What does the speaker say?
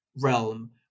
realm